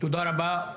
תודה רבה.